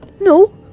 No